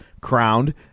crowned